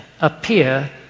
appear